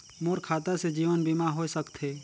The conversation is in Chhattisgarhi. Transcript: मोर खाता से जीवन बीमा होए सकथे?